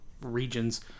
regions